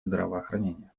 здравоохранения